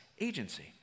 agency